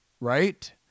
right